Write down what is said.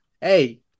hey